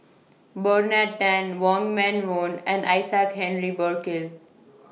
Bernard Tan Wong Meng Voon and Isaac Henry Burkill